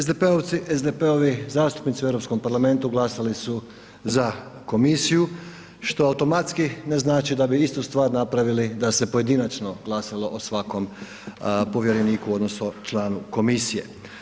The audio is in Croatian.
SDP-ovi zastupnici u Europskom parlamentu glasali su za komisiju što automatski ne znači da bi istu stvar napravili da se pojedinačno glasalo o svakom povjereniku odnosno članu komisije.